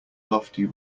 lofty